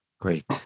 great